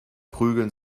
prügeln